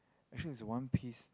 actually is a one piece